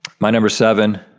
my number seven.